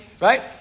right